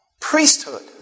Priesthood